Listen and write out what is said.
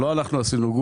לא אנחנו עשינו,